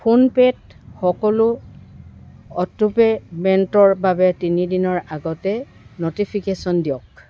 ফোনপে'ত সকলো অটোপে'মেণ্টৰ বাবে তিনিদিনৰ আগতে ন'টিফিকেশ্যন দিয়ক